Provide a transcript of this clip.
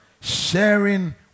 Sharing